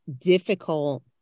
difficult